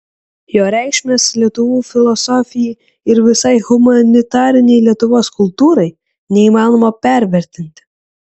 jo reikšmės lietuvių filosofijai ir visai humanitarinei lietuvos kultūrai neįmanoma pervertinti